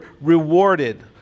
rewarded